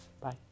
Bye